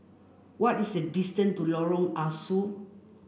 what is the distance to Lorong Ah Soo